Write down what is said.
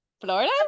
Florida